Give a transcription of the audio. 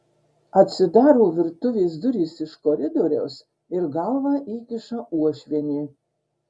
atsidaro virtuvės durys iš koridoriaus ir galvą įkiša uošvienė